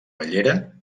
bellera